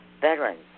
veterans